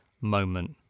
moment